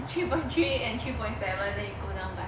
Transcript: three point three eight and three point seven then it go down by